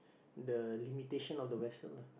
the limitation of the vessel lah